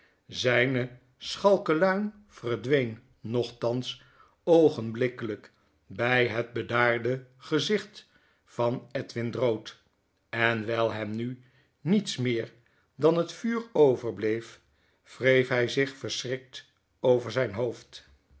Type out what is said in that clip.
zijn schalke luim verdween nochtans oogenblikkeiyk bij het bedaarde gezicht van edwin drood en wijl hem nu niets meer dan het vuur overbleef wreef hij zich verschrikt over zijn hoofd